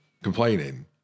complaining